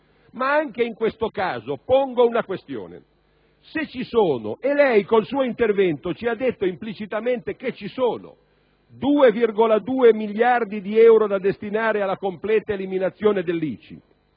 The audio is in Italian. Ma, anche in questo caso, pongo una questione: se ci sono - e lei, col suo intervento, ci ha detto implicitamente che è così - 2,2 miliardi di euro da destinare alla completa eliminazione dell'ICI,